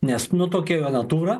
nes nu tokia jo natūra